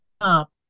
up